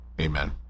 amen